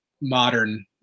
modern